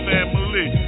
Family